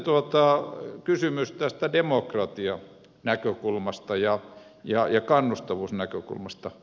sitten kysymys demokratianäkökulmasta ja kannustavuusnäkökulmasta